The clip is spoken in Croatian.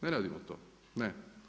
Ne radimo to, ne.